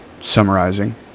summarizing